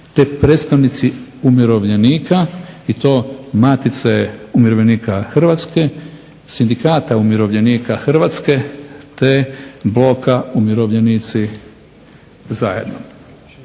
te predstavnici umirovljenika i to Matice umirovljenika Hrvatske, Sindikata umirovljenika Hrvatske, te bloka „Umirovljenici zajedno“.